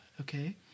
okay